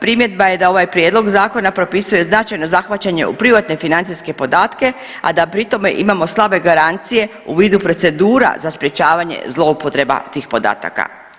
Primjedba je da ovaj, primjedba je da ovaj prijedlog zakona propisuje značajno zahvaćanje u privatne financijske podatke, a da pri tome imamo slabe garancije u vidu procedura za sprječavanje zloupotreba tih podataka.